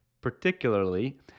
particularly